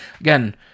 Again